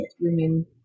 women